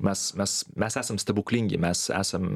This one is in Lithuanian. mes mes mes esam stebuklingi mes esam